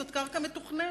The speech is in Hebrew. זאת קרקע מתוכננת.